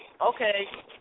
okay